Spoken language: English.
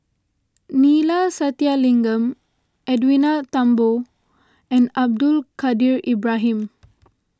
Neila Sathyalingam Edwin Thumboo and Abdul Kadir Ibrahim